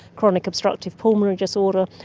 chronic obstructive pulmonary disorder,